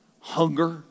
Hunger